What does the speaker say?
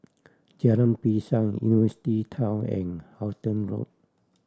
Jalan Pisang University Town and Halton Road